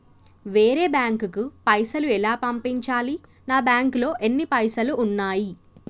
వేరే బ్యాంకుకు పైసలు ఎలా పంపించాలి? నా బ్యాంకులో ఎన్ని పైసలు ఉన్నాయి?